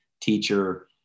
teacher